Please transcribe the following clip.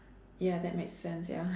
ya that make sense ya